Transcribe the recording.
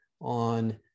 on